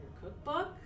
cookbook